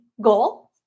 goal